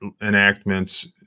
enactments